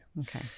Okay